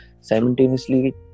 simultaneously